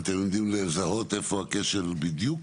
אתם יודעים לזהות איפה הכשל בדיוק?